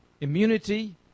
Immunity